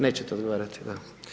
Nećete odgovarati, da.